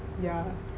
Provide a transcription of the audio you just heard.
yeah